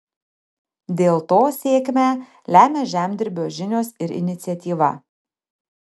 dėl to sėkmę lemia žemdirbio žinios ir iniciatyva